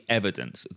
evidence